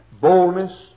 boldness